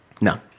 No